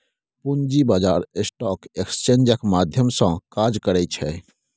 पूंजी बाजार स्टॉक एक्सेन्जक माध्यम सँ काज करैत छै